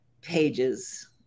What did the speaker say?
pages